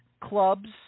Clubs